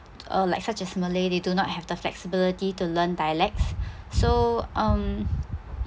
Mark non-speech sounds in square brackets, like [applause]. uh like such as malay they do not have the flexibility to learn dialects [breath] so um